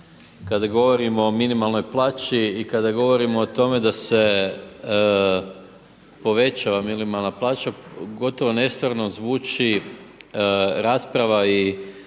kada govorimo o minimalnoj plaći i kada govorimo o tome da se povećava minimalna plaća gotovo nestvarno zvuči rasprava i